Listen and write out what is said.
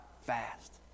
fast